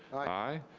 aye.